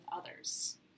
others